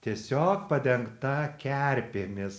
tiesiog padengta kerpėmis